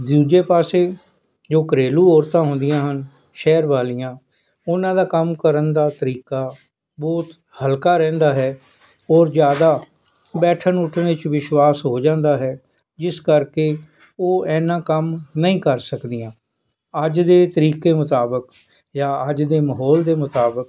ਦੂਜੇ ਪਾਸੇ ਜੋ ਘਰੇਲੂ ਔਰਤਾਂ ਹੁੰਦੀਆਂ ਹਨ ਸ਼ਹਿਰ ਵਾਲੀਆਂ ਉਨ੍ਹਾਂ ਦਾ ਕੰਮ ਕਰਨ ਦਾ ਤਰੀਕਾ ਬਹੁਤ ਹਲਕਾ ਰਹਿੰਦਾ ਹੈ ਔਰ ਜ਼ਿਆਦਾ ਬੈਠਣ ਉੱਠਣ ਵਿੱਚ ਵਿਸ਼ਵਾਸ ਹੋ ਜਾਂਦਾ ਹੈ ਜਿਸ ਕਰਕੇ ਉਹ ਇੰਨਾਂ ਕੰਮ ਨਹੀਂ ਕਰ ਸਕਦੀਆਂ ਅੱਜ ਦੇ ਤਰੀਕੇ ਮੁਤਾਬਿਕ ਜਾਂ ਅੱਜ ਦੇ ਮਾਹੌਲ ਦੇ ਮੁਤਾਬਿਕ